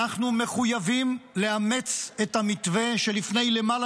אנחנו מחויבים לאמץ את המתווה שלפני למעלה